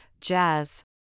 Jazz